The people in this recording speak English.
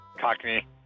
Cockney